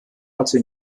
hatte